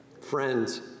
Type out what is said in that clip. friends